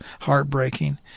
heartbreaking